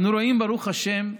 אנו רואים, ברוך השם,